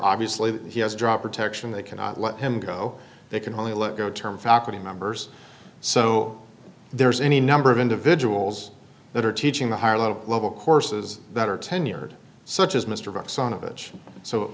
obviously he has dropper texan they cannot let him go they can only let go term faculty members so there's any number of individuals that are teaching the higher level level courses that are tenured such as mr bucks on a bench